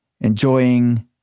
enjoying